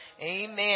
Amen